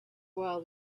while